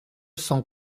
cent